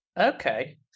Okay